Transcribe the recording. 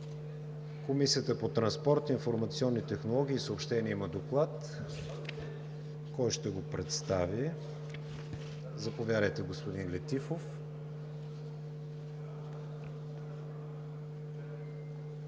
Комисията по транспорт, информационни технологии и съобщения има Доклад. Кой ще го представи? Заповядайте, господин Летифов.